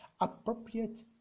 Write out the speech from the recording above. appropriate